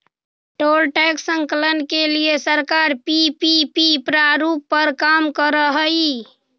toll tax संकलन के लिए सरकार पीपीपी प्रारूप पर काम करऽ हई